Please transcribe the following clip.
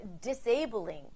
disabling